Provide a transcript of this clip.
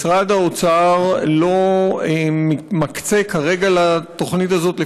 משרד האוצר לא מקצה כרגע כסף לתוכנית הזאת,